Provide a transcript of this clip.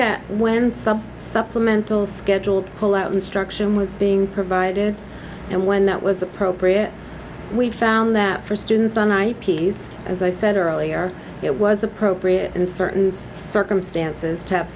at when some supplemental scheduled pull out instruction was being provided and when that was appropriate we found that for students on ips as i said earlier it was appropriate in certain circumstances t